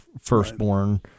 firstborn